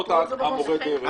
אגודות מורי דרך.